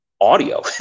audio